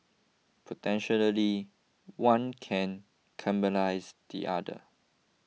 potentially one can cannibalise the other